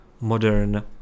modern